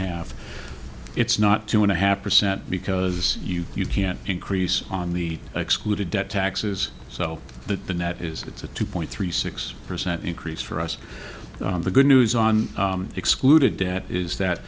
half it's not two and a half percent because you can't increase on the excluded debt taxes so that the net is it's a two point three six percent increase for us the good news on excluded debt is that